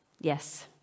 Yes